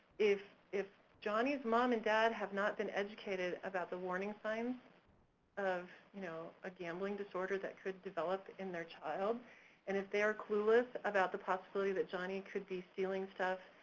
if if johnny's mom and dad have not been educated about the warning signs of you know a gambling disorder that could develop in their child and if they're clueless about the possibility that johnny could be stealing stuff,